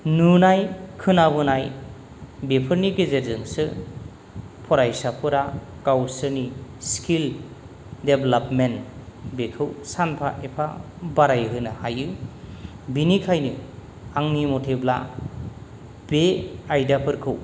नुनाय खोनाबोनाय बेफोरनि गेजेरजोंसो फरायसाफोरा गावसोरनि स्किल देभेल'पमेन्ट बेखौ सानफा एफा बारायहोनो हायो बेनिखायनो आंनि मथैब्ला बे आयदाफोरखौ